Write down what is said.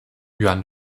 yuan